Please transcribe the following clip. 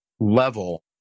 level